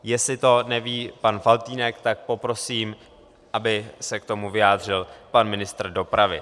Jestli to neví pan Faltýnek, tak poprosím, aby se k tomu vyjádřil pan ministr dopravy.